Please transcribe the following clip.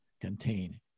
contain